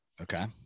Okay